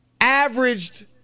averaged